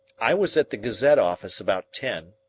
i was at the gazette office about ten,